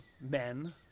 men